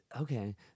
okay